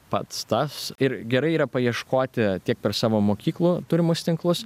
pats tas ir gerai yra paieškoti tek per savo mokyklų turimus tinklus